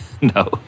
No